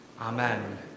Amen